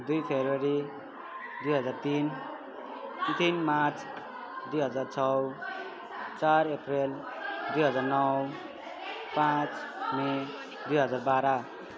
दुई फेब्रुअरी दुई हजार तिन तिन मार्च दुई हजार छ चार अप्रिल दुई हजार नौ पाँच मई दुई हजार बाह्र